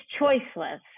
choiceless